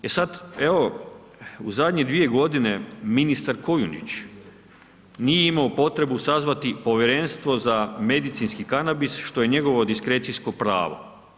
E sad, evo u zadnje 2 g. ministar Kujundžić nije imao potrebu sazvati povjerenstvo za medicinski kanabis što je njegovo diskrecijsko pravo.